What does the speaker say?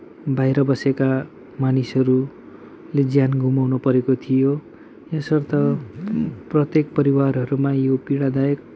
बाहिर बसेका मानिसहरूले ज्यान गुमाउनु परेको थियो यसर्थ प्रत्येक परिवारहरूमा यो पीडादायक